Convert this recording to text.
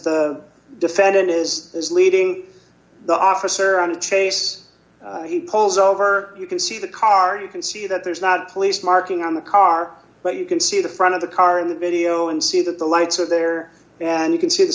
the defendant is is leading the officer on a chase he pulls over you can see the car you can see that there's not police marking on the car but you can see the front of the car in the video and see that the lights are there and you can see the